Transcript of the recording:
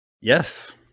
Yes